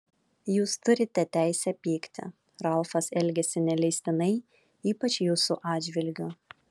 jūs turite teisę pykti ralfas elgėsi neleistinai ypač jūsų atžvilgiu